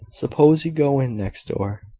suppose you go in next door,